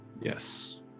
Yes